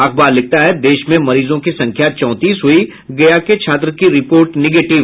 अखबार लिखता है देश में मरीजों की संख्या चौंतीस हुयी गया के छात्र की रिपोर्ट निगेटिव